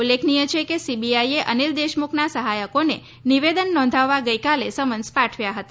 ઉલ્લેખનીય છે કે સીબીઆઈએ અનિલ દેશમુખના સહાયકોને નિવેદન નોંધાવવા ગઈકાલે સમન્સ પાઠવ્યા હતા